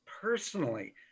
personally